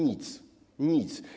Nic, nic.